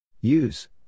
Use